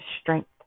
strength